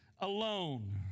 alone